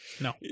No